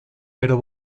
pero